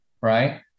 Right